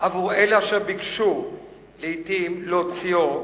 עבור אלה אשר ביקשו לעתים להוציאו,